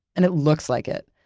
and it looks like it.